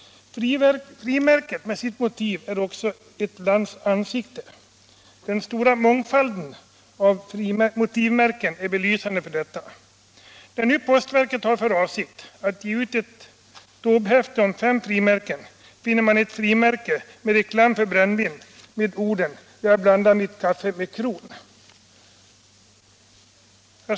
Frimärket, med sitt motiv, är också ett lands ansikte. Den stora mångfalden av motivmärken är belysande för detta. När nu postverket har för avsikt att ge ut ett Taubehäfte om fem frimärken, finner man däri ett märke med reklam för brännvin med orden ”jag blandar mitt kaffe med kron”.